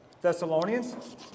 Thessalonians